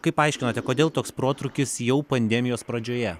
kaip aiškinate kodėl toks protrūkis jau pandemijos pradžioje